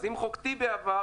אז אם חוק טיבי עבר,